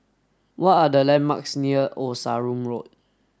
what are the landmarks near Old Sarum Road